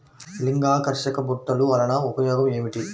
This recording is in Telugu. లింగాకర్షక బుట్టలు వలన ఉపయోగం ఏమిటి?